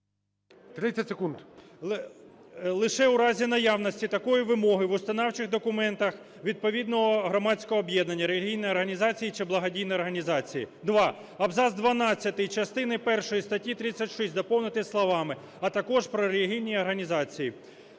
В.В. "…лише у разі наявності такої вимоги в установчих документах відповідного громадського об'єднання, релігійної організації чи благодійної організації". Два. Абзац 12 частини першої статті 36 доповнити словами: "а також про релігійні організації".